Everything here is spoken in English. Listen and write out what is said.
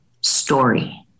story